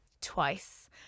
twice